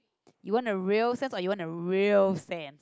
you want the real sense or you want the real sense